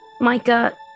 Micah